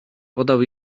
podał